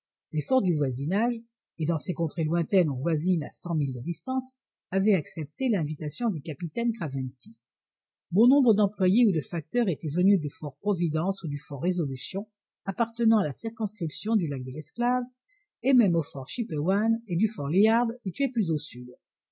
forts du voisinage et dans ces contrées lointaines on voisine à cent milles de distance avaient accepté l'invitation du capitaine craventy bon nombre d'employés ou de facteurs étaient venus du fortprovidence ou du fort résolution appartenant à la circonscription du lac de l'esclave et même du fort chipewan et du fort liard situés plus au sud